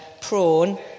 prawn